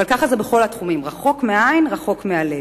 אבל כך זה בכל התחומים, רחוק מהעין רחוב מהלב.